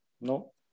no